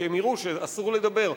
כי הם יראו שאסור לדבר,